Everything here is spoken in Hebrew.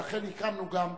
ואכן הקמנו גם מחלקה.